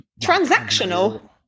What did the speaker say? Transactional